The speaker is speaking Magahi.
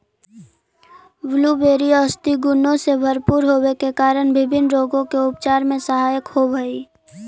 ब्लूबेरी औषधीय गुणों से भरपूर होवे के कारण विभिन्न रोगों के उपचार में सहायक होव हई